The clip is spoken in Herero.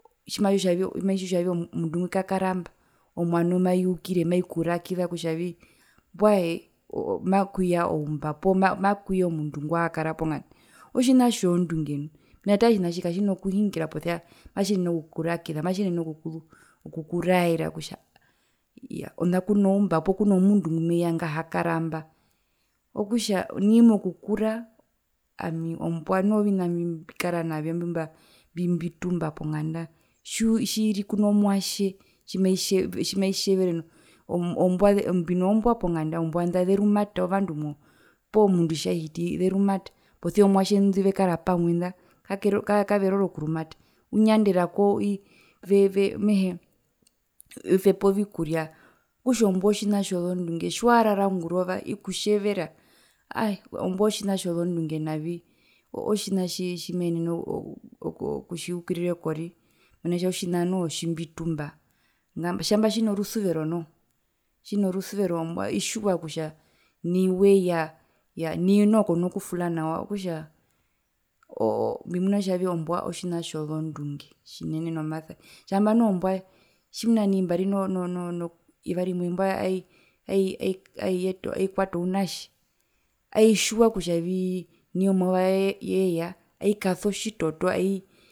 Tjimaitjiwa tjotjavi tjimaitjiwa tjotjavii omundu ngo kakaramba owamo mbumaiukire maikurakiza kutjavii mbwae oo makuya oumba poo makuya omundu nguhakara ponganda otjina tjozondunge nu mena taa otjinatji katjina kuhingira posia matjiyenene okukurakiza matjiyenene oku okukuraera kutja iyaa ona kunoumba poo kunomundu ngumeya ngehakaramba okutja nai mokukura ami ombua noho ovina mbikara navyo mbimbitumba ponganda tjiiri kuno mwatje tjimaitjevere ombua mbino mbua ponganda ozombua nda zerumata ovandu mo poo mundu tjahiti zerumata posia omwatje nguzekara pamwe nga kake roro kaveroro kurumata unyanderako ve ve mehee vevepa ovikuria okutja ombua otjina tjozondunge tjiwarara ngurova ikutjevera aaee ombua otjina tjozondunge navi otjina tji tji meenene oku oku okutji hukurira ekori mena okutja otjina noho tjimbitumba tjamba tjino rusuvero noho tjino rusuvero ombua itjiwa kutja nai weya nai noho kona kuvula nawa okutja oo o mbimuna kutja nai ombua otjina tjozondunge tjinene nomasa tjamba noho mbua tjina nai mbari no no no no eyuva rimwe aiyeta aikwata ounatje aitjiwa kutjavii nai omayuva wayo yeya aikasa otjitoto aii